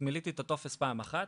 מילאתי את הטופס פעם אחת,